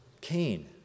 Cain